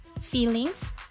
feelings